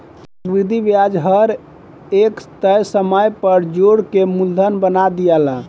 चक्रविधि ब्याज हर एक तय समय पर जोड़ के मूलधन बना दियाला